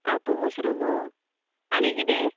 आं तूं मशरूम आनी कितें